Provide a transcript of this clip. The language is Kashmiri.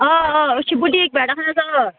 آ آ أسۍ چھِ بُٹیٖک پٮ۪ٹھ اَہَن حظ آ